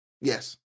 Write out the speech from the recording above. Yes